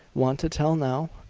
want to tell now?